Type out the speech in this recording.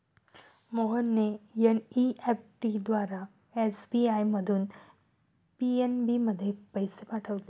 मोहनने एन.ई.एफ.टी द्वारा एस.बी.आय मधून पी.एन.बी मध्ये पैसे पाठवले